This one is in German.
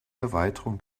erweiterung